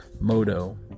Moto